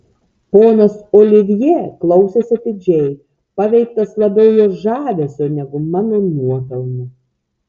ponas olivjė klausėsi atidžiai paveiktas labiau jos žavesio negu mano nuopelnų